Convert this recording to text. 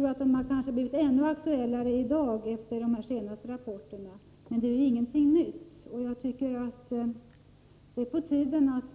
Ja, jag tror att de är ännu aktuellare i dag, efter de senaste rapporterna. Men det är ingenting nytt, och jag tycker det är på tiden att